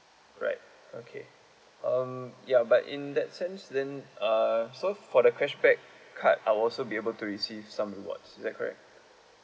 right okay um ya but in that sense then uh so for the cashback card I'll also be able to receive some rewards is that correct